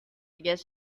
guess